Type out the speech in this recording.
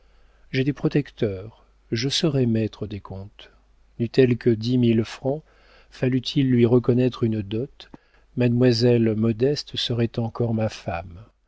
j'ai des protecteurs je serai maître des comptes n'eût-elle que dix mille francs fallût-il lui reconnaître une dot mademoiselle modeste serait encore ma femme